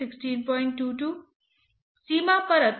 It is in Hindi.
यह आपको मास्स ट्रांसपोर्ट गुणांक देगा